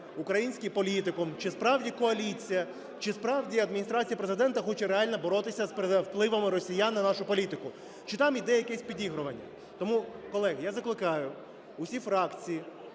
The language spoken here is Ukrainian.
український політикум, чи справді коаліція, чи справді Адміністрація Президента хоче реально боротися з впливами росіян на нашу політику? Чи там йде якесь підігрування. Тому, колеги, я закликаю усі фракції